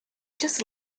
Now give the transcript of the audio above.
just